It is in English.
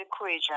equation